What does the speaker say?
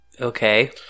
Okay